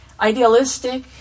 idealistic